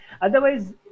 Otherwise